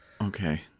Okay